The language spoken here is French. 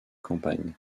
campagne